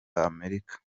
amerika